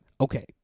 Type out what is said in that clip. Okay